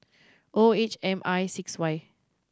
O H M I six Y